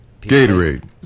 Gatorade